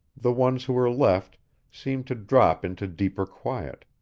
the ones who were left seemed to drop into deeper quiet.